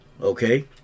okay